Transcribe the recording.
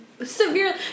severely